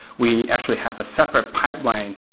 we actually have a separate pipeline.